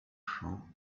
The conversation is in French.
champs